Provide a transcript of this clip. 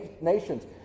nations